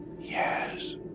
Yes